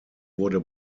wurde